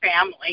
family